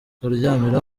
kuryamira